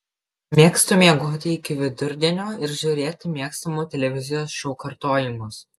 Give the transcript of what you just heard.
mėgstu miegoti iki vidurdienio ir žiūrėti mėgstamų televizijos šou kartojimus